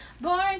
Born